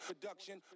Production